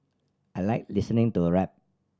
I like listening to rap